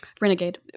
Renegade